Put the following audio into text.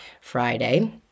Friday